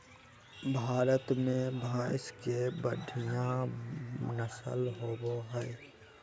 भारत में भैंस के बढ़िया नस्ल होबो हइ